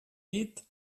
dit